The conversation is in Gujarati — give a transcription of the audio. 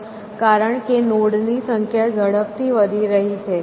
કારણ કે નોડ ની સંખ્યા ઝડપથી વધી રહી છે